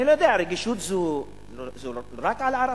אני לא יודע, רגישות זה רק על ערבים?